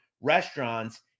restaurants